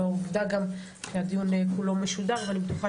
עובדה גם שהדיון כולו משודר ואני בטוחה